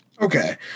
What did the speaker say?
okay